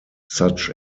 such